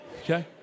Okay